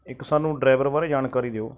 ਇੱਕ ਸਾਨੂੰ ਡਰਾਈਵਰ ਬਾਰੇ ਜਾਣਕਾਰੀ ਦਿਓ